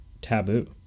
taboo